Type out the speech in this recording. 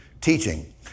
teaching